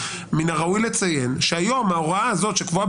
מן הראוי לציין שהיום ההוראה הזאת שקבועה